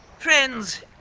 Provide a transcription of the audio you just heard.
friends,